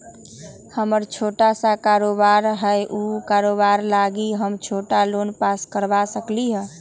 हमर छोटा सा कारोबार है उ कारोबार लागी हम छोटा लोन पास करवा सकली ह?